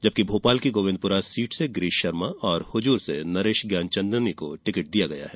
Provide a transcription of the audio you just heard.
जबकि भोपाल की गोविन्दपुरा सीट से गिरीश शर्मा हजूर से नरेश ज्ञानचन्दानी को टिकट दिया गया है